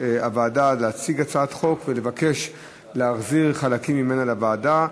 הוועדה לבקש להחזיר חלקים מהצעת חוק לוועדה.